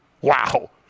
Wow